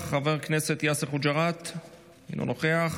נוכח, חבר הכנסת יאסר חוג'יראת, אינו נוכח.